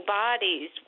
bodies